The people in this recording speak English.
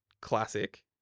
classic